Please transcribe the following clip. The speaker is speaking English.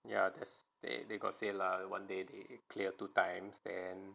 ya there's they they got say lah one day they clear two times and